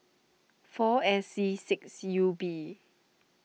four S C six U B